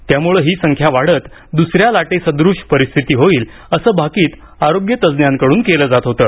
त्यामुळे ही संख्या वाढून दुसऱ्या लाटेसदृश परिस्थिती होईल असे भाकित आरोग्य तज्ज्ञांकडून केले जात होते